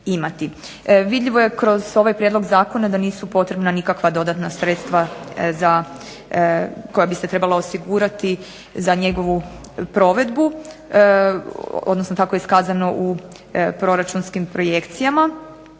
Vidljivo je kroz ovaj prijedlog zakona da nisu potrebna nikakva dodatna sredstva za, koja bi se trebala osigurati za njegovu provedbu, odnosno tako je iskazano u proračunskim projekcijama.